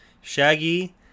Shaggy